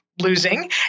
losing